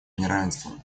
неравенством